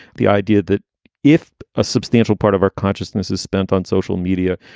the idea that if a substantial part of our consciousness is spent on social media,